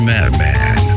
Madman